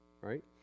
right